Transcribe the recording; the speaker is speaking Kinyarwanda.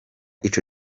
ico